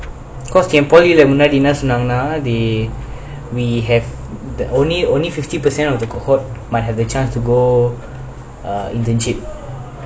cause temppoli lah முன்னாடி என்ன சொன்னங்கன:munnadi enna sonnangana they have the only only fifty percent of the cohort might have the chance to go err internship